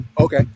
Okay